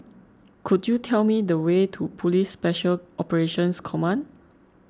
could you tell me the way to Police Special Operations Command